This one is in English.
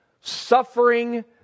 suffering